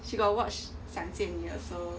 she got watch 想见你 also